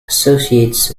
associates